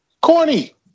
Corny